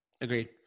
Agreed